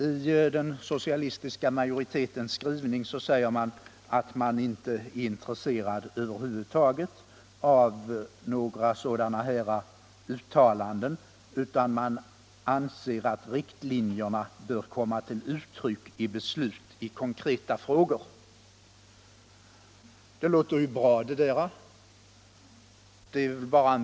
I den socialistiska majoritetens skrivning sägs att man över huvud taget inte är intresserad av några sådana uttalanden, utan man anser att riktlinjerna bör komma till uttryck i beslut i konkreta frågor. Det låter ju bra.